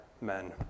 men